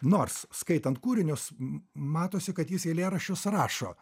nors skaitant kūrinius matosi kad jis eilėraščius rašo